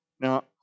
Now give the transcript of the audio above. Now